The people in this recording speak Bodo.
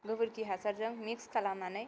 गोबोरखि हासारजों मिक्स खालामनानै